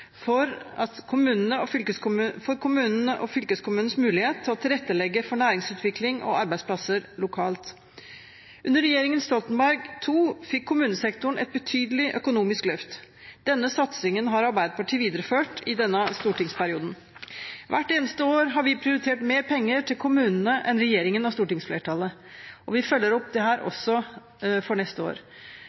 skole i kommunene, og vi har høye ambisjoner for kommunenes og fylkeskommunenes mulighet til å tilrettelegge for næringsutvikling og arbeidsplasser lokalt. Under regjeringen Stoltenberg II fikk kommunesektoren et betydelig økonomisk løft. Denne satsingen har Arbeiderpartiet videreført i denne stortingsperioden. Hvert eneste år har vi prioritert mer penger til kommunene enn regjeringen og stortingsflertallet, og vi følger opp dette også for neste år.